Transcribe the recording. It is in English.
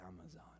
amazon